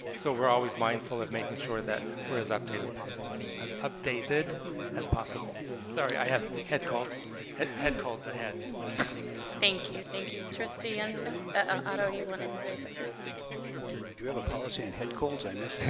so we're always mindful of making sure that we're as update as possible as updated as possible sorry i have head called head head called the head thank you thank you you christy and ah otto you wanted to say something you have a policy and head colds i missed that